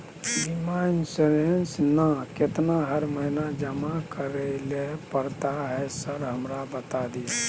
बीमा इन्सुरेंस ना केतना हर महीना जमा करैले पड़ता है सर हमरा बता दिय?